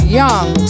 young